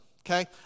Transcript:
okay